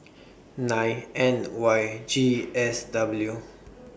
nine N Y G S W